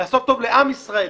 לעשות טוב לעם ישראל,